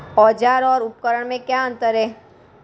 औज़ार और उपकरण में क्या अंतर है?